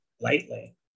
lightly